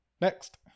Next